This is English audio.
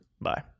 bye